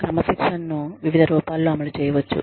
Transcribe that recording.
క్రమశిక్షణను వివిధ రూపాల్లో అమలు చేయవచ్చు